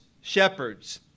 shepherds